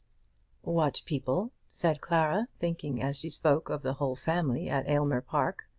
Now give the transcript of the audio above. what people? said clara, thinking as she spoke of the whole family at aylmer park.